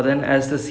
mm